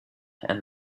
and